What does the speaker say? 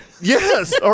Yes